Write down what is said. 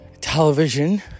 television